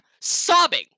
sobbing